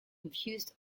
infused